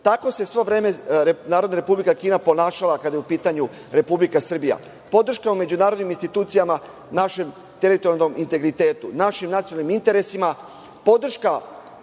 Tako se sve vreme Narodna Republika Kina ponašala kada je u pitanju Republika Srbija, podrška u međunarodnim institucijama našem teritorijalnom integritetu, našim nacionalnim interesima,